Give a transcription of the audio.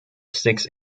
six